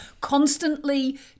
constantly